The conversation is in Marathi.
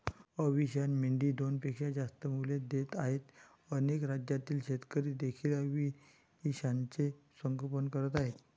अविशान मेंढी दोनपेक्षा जास्त मुले देत आहे अनेक राज्यातील शेतकरी देखील अविशानचे संगोपन करत आहेत